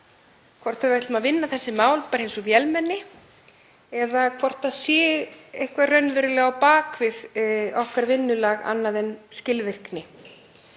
hvort við ætlum að vinna þessi mál bara eins og vélmenni eða hvort það sé eitthvað raunverulega á bak við vinnulag okkar annað en skilvirkni.